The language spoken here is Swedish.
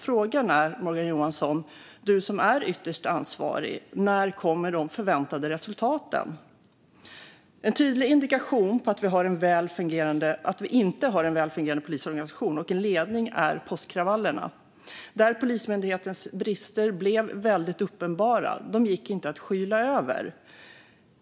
Frågan till Morgan Johansson, som är ytterst ansvarig, är: När kommer de förväntade resultaten? En tydlig indikation på att vi inte har en väl fungerande polisorganisation och ledning är påskkravallerna, där Polismyndighetens brister blev uppenbara. De gick inte att skyla över.